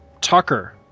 Tucker